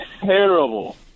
terrible